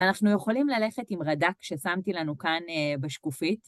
אנחנו יכולים ללכת עם רד"ק ששמתי לנו כאן בשקופית.